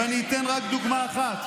ואני אתן רק דוגמה אחת.